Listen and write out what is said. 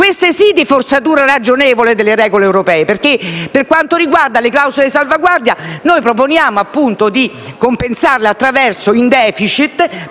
queste sì di forzatura chiara e ragionevole delle regole europee perché, per quanto riguarda le clausole di salvaguardia, noi proponiamo di compensarle con un *deficit*